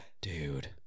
Dude